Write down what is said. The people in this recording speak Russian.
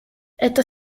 это